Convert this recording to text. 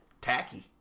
tacky